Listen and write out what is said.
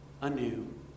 anew